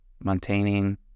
maintaining